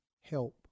help